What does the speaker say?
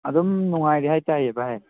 ꯑꯗꯨꯝ ꯅꯨꯡꯉꯥꯏꯔꯤ ꯍꯥꯏꯇꯥꯏꯌꯦ ꯚꯥꯏ